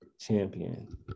champion